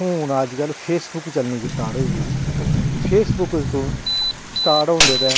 हून अज्जकल फेसबुक चलना स्टार्ट होई गेई फेसबुक दा स्टार्ट होंदे दा